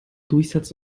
durchsatz